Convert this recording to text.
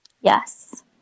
Yes